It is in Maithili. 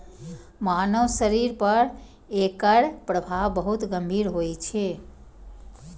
मानव शरीर पर एकर प्रभाव बहुत गंभीर होइ छै